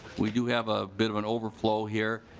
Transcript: we do have a bit of an overflow here.